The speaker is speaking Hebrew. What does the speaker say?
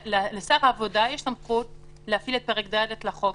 לשר העבודה יש סמכות להפעיל את פרק ד' לחוק,